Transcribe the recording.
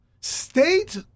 state